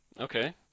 Okay